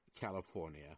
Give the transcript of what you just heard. California